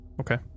Okay